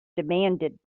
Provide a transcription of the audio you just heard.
demanded